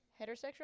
heterosexual